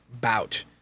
bout